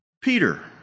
Peter